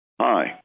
Hi